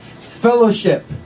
fellowship